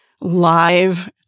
live